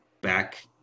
back